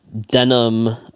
denim